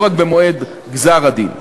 לא רק במועד גזר-הדין.